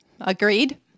agreed